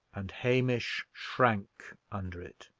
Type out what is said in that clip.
and hamish shrank under it.